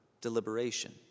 deliberation